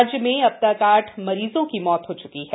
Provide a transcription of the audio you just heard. राज्य में अब तक आठ मरीजों की मौत हो च्की है